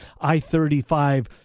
I-35